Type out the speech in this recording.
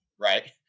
right